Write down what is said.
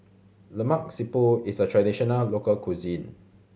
Lemak Siput is a traditional local cuisine